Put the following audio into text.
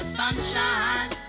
sunshine